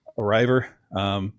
arriver